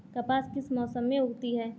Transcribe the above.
कपास किस मौसम में उगती है?